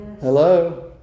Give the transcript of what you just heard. Hello